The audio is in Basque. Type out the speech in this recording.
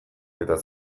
eta